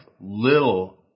little